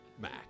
Mac